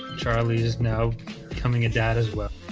charlie is now becoming a dad as well